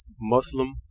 Muslim